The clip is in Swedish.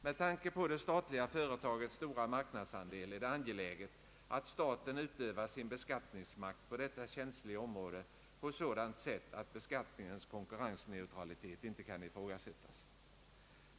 Med tanke på det statliga företagets stora marknadsandel är det angeläget att staten utövar sin beskattningsmakt på detta känsliga område på sådant sätt att beskattningens konkurrensneutralitet inte kan ifrågasättas.